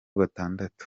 batandatu